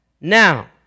now